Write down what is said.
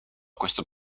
questo